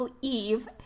Eve